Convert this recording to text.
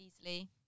easily